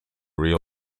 realist